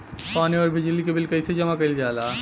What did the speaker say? पानी और बिजली के बिल कइसे जमा कइल जाला?